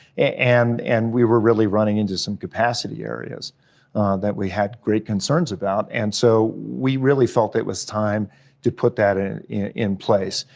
and and we were really running into some capacity areas that we had great concerns about. and so we really felt it was time to put that ah in place.